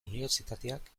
unibertsitateak